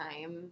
time